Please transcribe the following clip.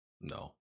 no